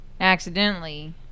accidentally